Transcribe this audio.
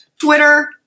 Twitter